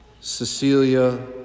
Cecilia